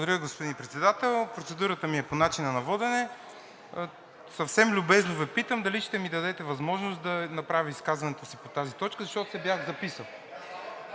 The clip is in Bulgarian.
Благодаря, господин Председател. Процедурата ми е по начина на водене. Съвсем любезно Ви питам дали ще ми дадете възможност да направя изказването си по тази точка, защото се бях записал?